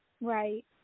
Right